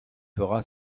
fera